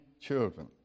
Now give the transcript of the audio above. children